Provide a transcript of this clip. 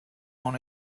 own